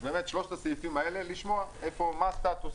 לגבי שלושת הסעיפים האלה לשמוע מה הסטטוס